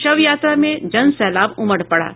शव यात्रा में जनसैलाब उमड़ पड़ा